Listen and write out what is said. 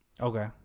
Okay